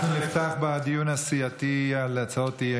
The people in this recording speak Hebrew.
אתה מחליט לנו איך להתנהג?